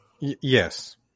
yes